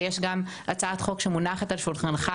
יש גם הצעת חוק שמונחת על שולחנך,